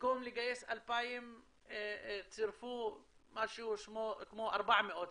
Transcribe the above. במקום לגייס 2,000 צירפו משהו כמו 400,